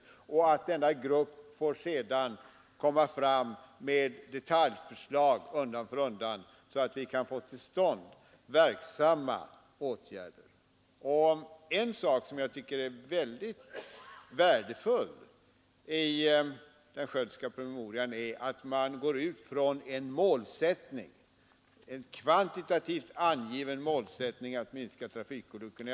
Gruppen bör undan för undan lägga fram detaljförslag, så att vi kan få till stånd verksamma åtgärder. En sak som jag tycker är mycket värdefull i den Skiöldska promemorian är att man utgår från en kvantitativt angiven målsättning när det gäller att minska trafikolyckorna.